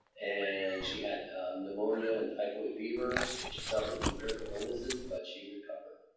and she had pneumonia and typhoid fever, and she suffered from critical illnesses but she recovered.